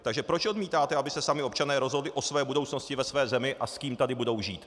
Takže proč odmítáte, aby se občané sami rozhodli o své budoucnosti ve své zemi a s kým tady budou žít?